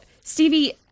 Stevie